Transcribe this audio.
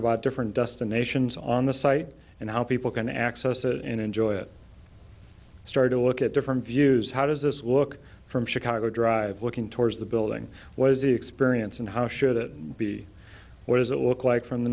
about different destinations on the site and how people can access it and enjoy it start to look at different views how does this look from chicago drive looking towards the building was the experience and how should it be what does it look like from the